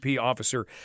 officer